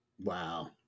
Wow